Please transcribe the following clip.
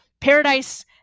paradise